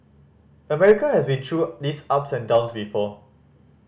America has been through these ups and downs before